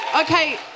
Okay